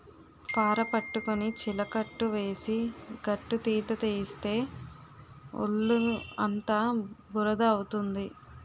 పార పట్టుకొని చిలకట్టు వేసి గట్టుతీత తీస్తే ఒళ్ళుఅంతా బురద అవుతుంది